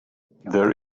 there